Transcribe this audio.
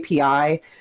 API